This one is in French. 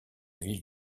ville